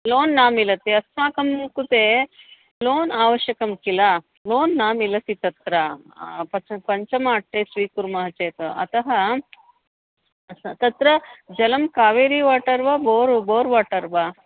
loan न मिलति अस्माकं कृते लोन् आवश्यकं किल लोन् न मिलति तत्र प पञ्चम अट्टे स्वीकुर्मः चेत् अतः तत्र जलं कावेरीवाटर् वा बोर् बोर् वाटर् वा